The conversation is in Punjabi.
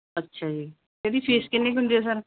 ਅੱਛਾ ਜੀ ਇਹਦੀ ਫੀਸ ਕਿੰਨੀ ਕੁ ਹੁੰਦੀ ਹੈ ਸਰ